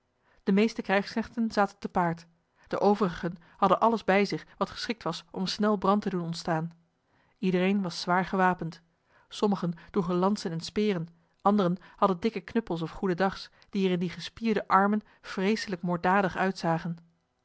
de meeste krijgsknechten zaten te paard de overigen hadden alles bij zich wat geschikt was om snel brand te doen ontstaan iedereen was zwaar gewapend sommigen droegen lansen en speren anderen hadden dikke knuppels of goedendags die erin die gespierde armen vreeselijk moorddadig uitzagen